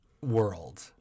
world